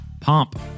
pomp